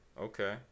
Okay